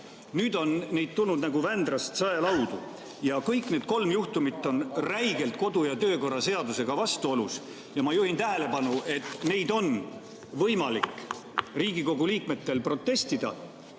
Nüüd on neid tulnud nagu Vändrast saelaudu. Ja kõik need kolm juhtumit on räigelt kodu- ja töökorra seadusega vastuolus. Ma juhin tähelepanu, et neid on võimalik Riigikogu liikmetel protestida,